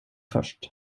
först